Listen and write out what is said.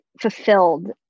fulfilled